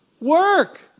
Work